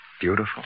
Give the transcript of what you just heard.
Beautiful